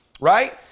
right